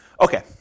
Okay